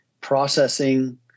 processing